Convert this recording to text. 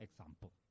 example